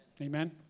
Amen